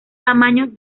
tamaños